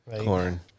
corn